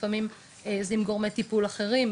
לפעמים זה עם גורמי טיפול אחרים,